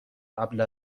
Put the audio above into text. قبل